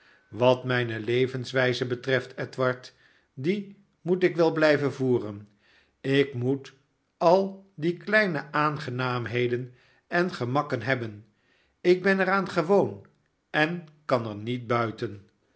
wat mijne levenswijze betreft edward die moet ik wel blijven voeren ik moet al die kleine aangenaamheden en gemakken hebben ik ben er aan gewoon en kan er niet buiten